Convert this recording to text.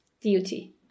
duty